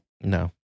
No